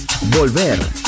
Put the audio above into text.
Volver